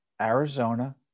Arizona